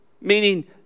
Meaning